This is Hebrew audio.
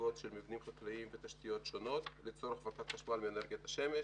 בגגות של מבנים חקלאיים ותשתיות שונות לצורך הפקת חשמל מאנרגיית השמש.